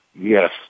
Yes